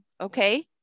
okay